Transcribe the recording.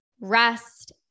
rest